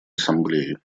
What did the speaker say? ассамблеи